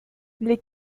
les